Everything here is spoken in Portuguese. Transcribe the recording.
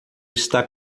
está